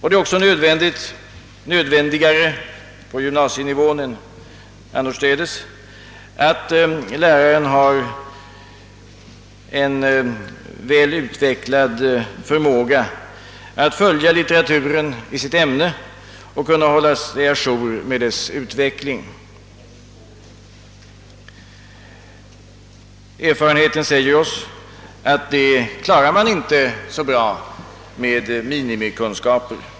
Det är också nödvändigare på gymnasienivån än annorstädes att läraren har en väl utvecklad förmåga att följa litteraturen i sitt ämne och kunna hålla sig ajour med dess utveckling. Erfarenheten säger oss att det klarar man inte så bra med minimikunskaper.